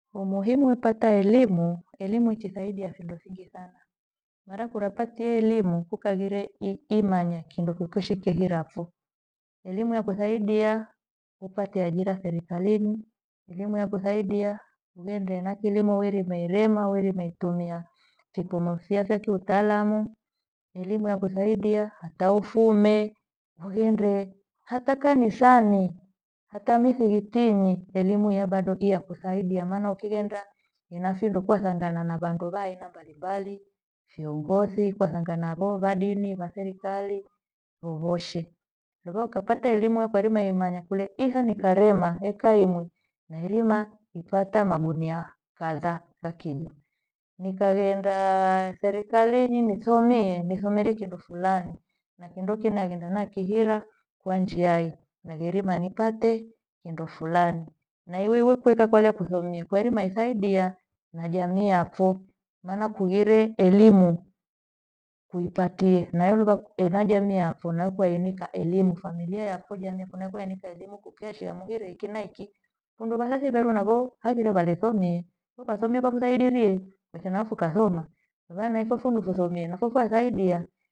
Umuhimu wepata elimu, elimu ichisaidiha findo fingi sana. Mira kirapatie elimu kukaghire imanya kindo chochoshe kyehira pho. Elimu ya kusaidia upate ajira serikalinyi, elimu yakusaidiha ugheendia na kilimo uirime irema, urime itumia vipimo fiya vya kiutaalamu. Elimu ya kusaidia hata ufume, ughende hata kanisani, hata msikitini elimu iya bado yakusaidia maana ukighenda ena findo kwasangana na vandu vya aina mbalimbali viongozi kwasanga navo va dini vya serikali vyoshe. Mira ukapata elimu ya yakweirima imanya kule iha nikarema eka imwe nerima ipata magunia kadhaa va kijo. Nikaghenda serikalinyi nisomihe, nisomerie kindo fulani na kindo ki nagenda nakihira kwajiahi nigherima nipate findo fulani. Na iwi- wi kuweka kole kuthomie kwairima ithaidia na jamii yapho. Maana kughire elimu uipatie nairuga ena jamii yapho na kuainika elimu famillia yakuja neko na kwainipa elimu kukeshia mughire iki na iki fundu maana thiveru navo haghire valithomie, ukasomie vakusaidirie ethinauthu kasoma vana ithosumu sisomie mkotho wasaidia.